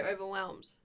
overwhelmed